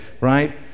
right